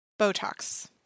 Botox